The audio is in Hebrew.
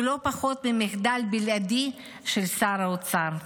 הוא לא פחות ממחדל בלעדי של שר האוצר.